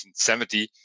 1970